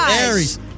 Aries